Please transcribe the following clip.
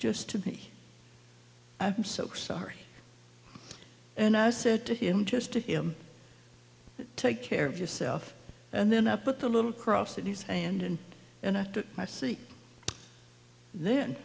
just to me i'm so sorry and i said to him just to him take care of yourself and then i put the little cross in his hand and i took my seat then